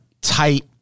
tight